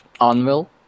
anvil